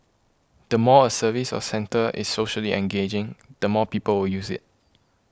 the more a service or centre is socially engaging the more people will use it